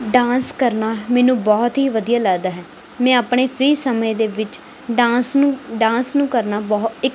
dance ਕਰਨਾ ਮੈਨੂੰ ਬਹੁਤ ਹੀ ਵਧੀਆ ਲੱਗਦਾ ਹੈ ਮੈਂ ਆਪਣੇ ਫ੍ਰੀ ਸਮੇਂ ਦੇ ਵਿੱਚ ਡਾਂਸ ਨੂੰ ਡਾਂਸ ਨੂੰ ਕਰਨਾ ਬਹੁਤ ਇੱਕ